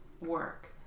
work